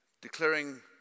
declaring